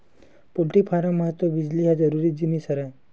poultry farm म तो बिजली ह जरूरी जिनिस हरय